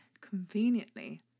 conveniently